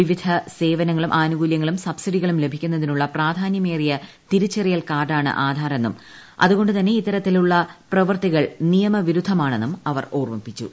വിവിധ സേവനങ്ങളും ആനുകൂല്യങ്ങളും സബ്സിഡികളും ലഭിക്കുന്നതിനുള്ള പ്രാധാന്യമേറിയ തിരിച്ചറിയൽ കാർഡാണ് ആദാർ എന്നും അതുകൊണ്ടു തന്നെ ഇത്തരത്തിൽ ഉള്ള പ്രവർത്തികൾ നിയമവിരുദ്ധമാണെന്നും അവർ ഓർമ്മിപ്പിച്ചു